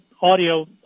audio